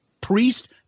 Priest